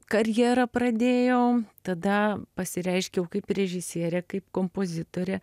karjerą pradėjau tada pasireiškiau kaip režisierė kaip kompozitorė